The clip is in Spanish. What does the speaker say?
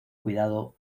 cuidado